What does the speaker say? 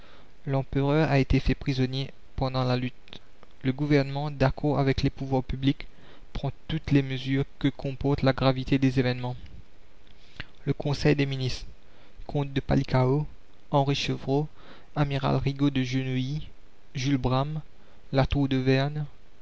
l'empereur a été fait prisonnier pendant la lutte le gouvernement d'accord avec les pouvoirs publics prend toutes les mesures que comporte la gravité des événements le conseil des ministres comte de palikao henri chevreau amiral rigault de